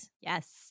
Yes